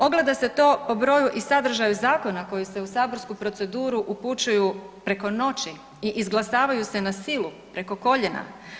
Ogleda se to po broju i sadržaju zakona koji se u saborsku proceduru upućuju preko noći i izglasavaju se na silu preko koljena.